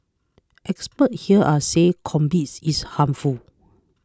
experts here are say cannabis is harmful